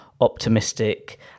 optimistic